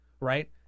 right